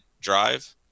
drive